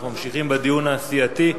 אנחנו ממשיכים בדיון הסיעתי.